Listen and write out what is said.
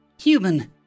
Human